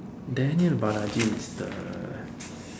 Daniel-Balaji is the